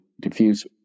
diffuse